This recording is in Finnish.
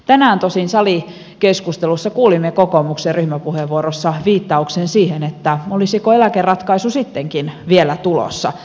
tänään tosin salikeskustelussa kuulimme kokoomuksen ryhmäpuheenvuorossa viittauksen siihen olisiko eläkeratkaisu sittenkin vielä tulossa